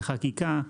בחקיקה,